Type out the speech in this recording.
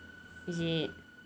is it